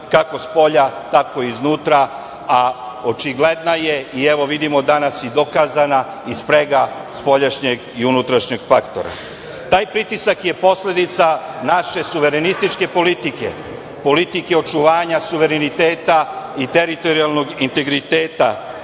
kako spolja, tako i iznutra, a očigledna je, i evo vidimo danas i dokazana, sprega spoljašnjeg i unutrašnjeg faktora. Taj pritisak je posledica naše suverenističke politike, politike očuvanja suvereniteta i teritorijalnog integriteta,